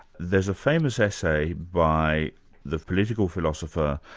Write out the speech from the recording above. there's a famous essay by the political philosopher,